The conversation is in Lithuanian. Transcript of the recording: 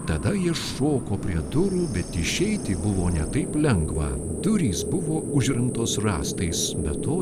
tada jie šoko prie durų bet išeiti buvo ne taip lengva durys buvo užremtos rąstais be to